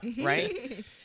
right